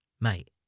Mate